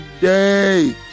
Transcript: day